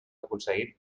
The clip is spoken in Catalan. aconseguit